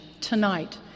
tonight